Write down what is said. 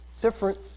different